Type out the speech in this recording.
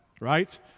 right